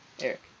Eric